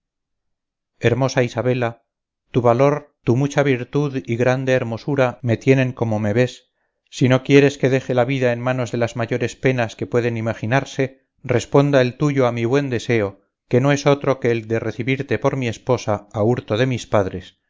hermosa isabela tu valor tu mucha virtud y grande hermosura me tienen como me ves si no quieres que deje la vida en manos de las mayores penas que pueden imaginarse responda el tuyo a mi buen deseo que no es otro que el de recebirte por mi esposa a hurto de mis padres